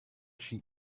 she